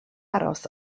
aros